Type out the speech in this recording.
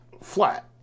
flat